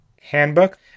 handbook